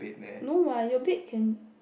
no what your bed can